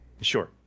Sure